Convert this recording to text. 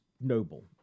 noble